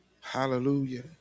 Hallelujah